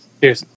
Cheers